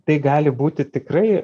tai gali būti tikrai